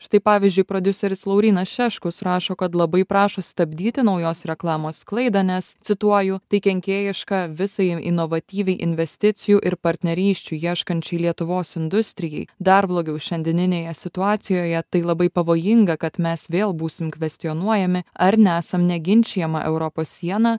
štai pavyzdžiui prodiuseris laurynas šeškus rašo kad labai prašo stabdyti naujos reklamos sklaidą nes cituoju tai kenkėjiška visai inovatyviai investicijų ir partnerysčių ieškančiai lietuvos industrijai dar blogiau šiandieninėje situacijoje tai labai pavojinga kad mes vėl būsim kvestionuojami ar nesam neginčijama europos siena